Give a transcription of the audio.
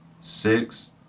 Six